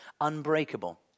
unbreakable